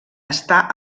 està